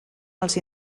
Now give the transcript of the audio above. els